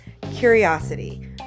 curiosity